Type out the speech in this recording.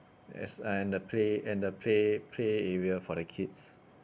as and the play and play play area for the kids